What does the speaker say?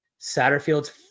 Satterfield's